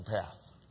path